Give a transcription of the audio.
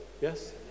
Yes